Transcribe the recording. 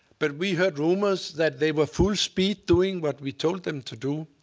but we heard rumors that they were full speed doing what we told them to do.